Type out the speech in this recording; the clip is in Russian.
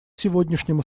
сегодняшнему